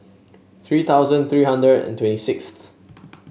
three thousand three hundred and twenty six